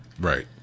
right